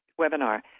webinar